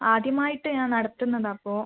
ആദ്യമായിട്ട് ഞാൻ നടത്തുന്നതാണ് അപ്പോൾ